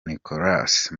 nicolas